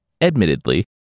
Admittedly